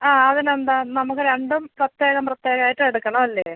ആ അതിന് എന്താ നമ്മൾക്ക് രണ്ടും പ്രത്യേകം പ്രത്യേകം ആയിട്ട് എടുക്കണം അല്ലേ